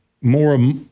more